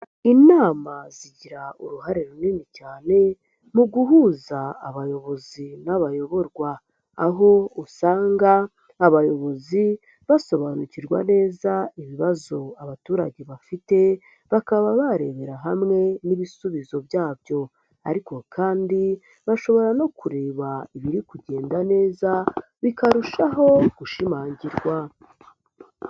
Inama zigira uruhare runini cyane mu guhuza abayobozi n'abayoborwa aho usanga abayobozi basobanukirwa neza ibibazo abaturage bafite, bakaba barebera hamwe n'ibisubizo byabyo ariko kandi bashobora no kureba ibiri kugenda neza bikarushaho gushimangirwa.